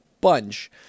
bunch